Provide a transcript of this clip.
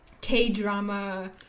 K-drama